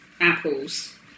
Apples